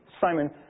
Simon